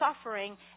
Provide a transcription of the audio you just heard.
suffering